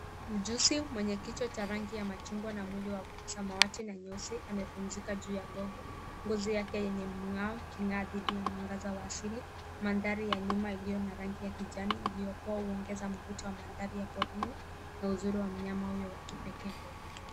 Mjusi mwenye kichwa cha rangi ya machungwa na mwili wa samawati na nyeusi amepumzika juu ya govu, ngozi yake yenye mng'ao iking'aa dhidi ya mwangaza wa asili. Mandhari ya nyuma iliyo na rangi ya kijani iliyopoa huongeza mvuto wa mandhari ya porini na uzuri wa mnyama huyo wa kipekee.